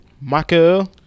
Michael